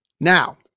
Now